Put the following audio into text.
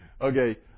okay